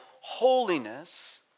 holiness